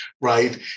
right